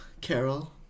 Carol